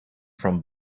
from